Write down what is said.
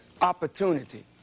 opportunity